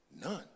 none